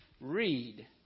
read